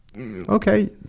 Okay